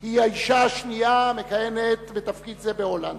היא האשה השנייה המכהנת בתפקיד זה בהולנד,